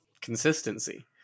consistency